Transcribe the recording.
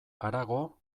harago